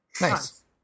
Nice